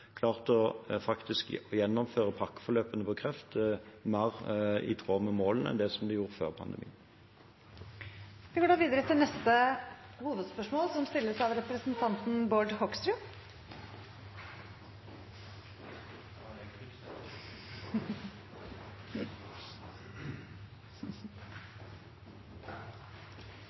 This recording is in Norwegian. faktisk også klart å gjennomføre pakkeforløpene for kreft mer i tråd med målene enn det de gjorde før pandemien. Vi går videre til neste hovedspørsmål.